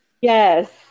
Yes